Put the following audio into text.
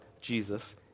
Jesus